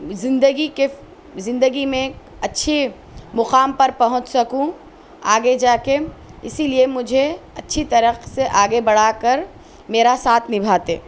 زندگی کے زندگی میں اچھے مقام پر پہنچ سکوں آگے جا کے اسی لیے مجھے اچھی طرح سے آگے بڑھا کر میرا ساتھ نبھاتے